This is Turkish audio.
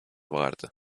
vardı